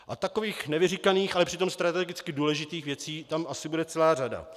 A takových nevyříkaných, ale přitom strategicky důležitých věcí tam asi bude celá řada.